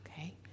Okay